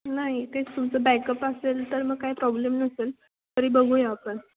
नाही ते तुमचं बॅकअप असेल तर मग काय प्रॉब्लेम नसेल तरी बघूया आपण